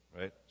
right